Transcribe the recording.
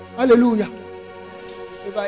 hallelujah